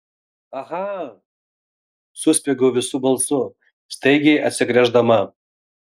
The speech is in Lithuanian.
aha suspiegiau visu balsu staigiai atsigręždama